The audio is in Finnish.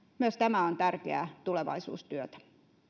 myös tämä on tärkeää tulevaisuustyötä